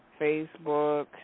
Facebook